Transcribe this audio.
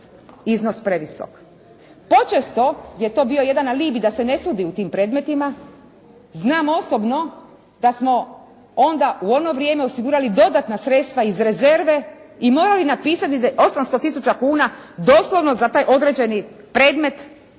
iznos previsok. Počesto je to bio jedan alibi da se ne sudi u tim predmetima. Znam osobno da smo onda u ono vrijeme osigurali dodatna sredstva iz rezerve i morali napisati da 800 tisuća kuna doslovno za taj određeni predmet